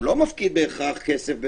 הוא לא מפקיד בהכרח כסף במזומן.